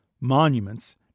monuments